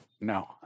No